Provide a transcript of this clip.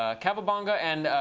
ah kavabongo and,